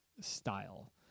style